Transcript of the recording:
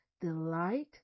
Delight